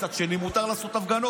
מצד שני מותר לעשות הפגנות,